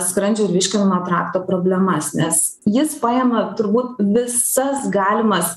skrandžio ir virškinamojo trakto problemas nes jis paima turbūt visas galimas